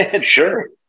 Sure